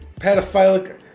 pedophilic